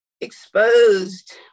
exposed